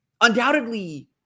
undoubtedly